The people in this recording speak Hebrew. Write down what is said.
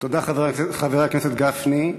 תודה, חבר הכנסת גפני.